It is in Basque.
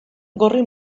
gorri